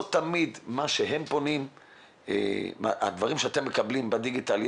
לא תמיד יש סינכרון בדברים שאתם מקבלים בדיגיטל.